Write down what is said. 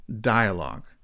dialogue